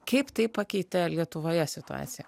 kaip tai pakeitė lietuvoje situaciją